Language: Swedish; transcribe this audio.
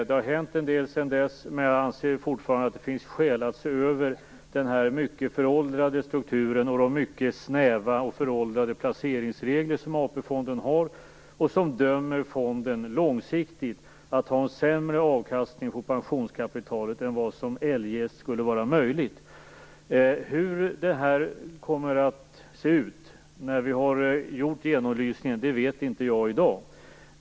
Det har hänt en del sedan dess, men jag anser fortfarande att det finns skäl att se över den mycket föråldrade strukturen och de mycket snäva och föråldrade placeringsregler som AP-fonden har, som långsiktigt dömer fonden till en sämre avkastning på pensionskapitalet än vad som eljest skulle vara möjligt. Hur det kommer att se ut när vi har gjort genomlysningen vet jag inte i dag.